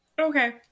Okay